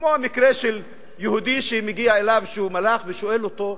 כמו המקרה של יהודי שמגיע אליו מלאך ושואל אותו: